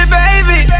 baby